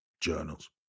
journals